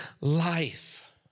life